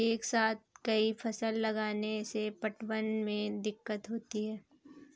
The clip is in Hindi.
एक साथ कई फसल लगाने से पटवन में दिक्कत होती है